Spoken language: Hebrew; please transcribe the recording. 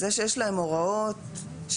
זה שיש להם הוראות שמחייבות